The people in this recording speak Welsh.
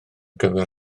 gyfer